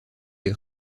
les